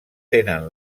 tenen